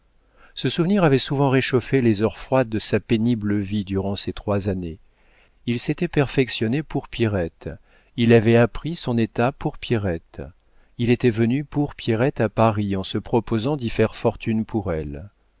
ce souvenir avait souvent réchauffé les heures froides de sa pénible vie durant ces trois années il s'était perfectionné pour pierrette il avait appris son état pour pierrette il était venu pour pierrette à paris en se proposant d'y faire fortune pour elle